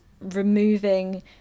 removing